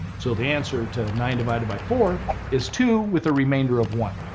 so the answer to nine divided by four is two with a remainder of one.